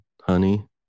honey